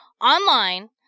online